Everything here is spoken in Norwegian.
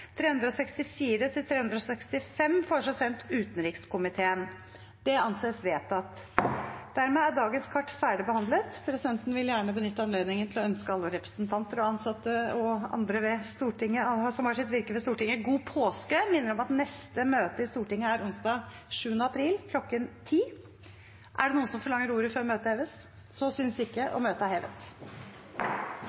vi til votering over behandlingsmåten over referatsak 346. Referatsak 346 vil dermed behandles etter forretningsordenens § 39 annet ledd e. Dermed er dagens kart ferdig behandlet. Presidenten vil gjerne benytte anledningen til å ønske alle representanter, ansatte og andre som har sitt virke ved Stortinget, god påske. Forlanger noen ordet før møtet heves?